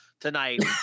Tonight